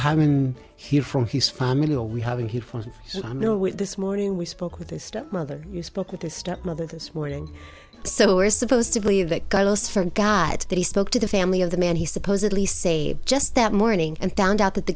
with this morning we spoke with his stepmother you spoke with his stepmother this morning so we're supposed to believe that goes for god that he spoke to the family of the man he supposedly saved just that morning and found out that the